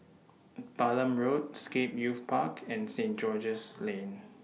Balam Road Scape Youth Park and Saint George's Lane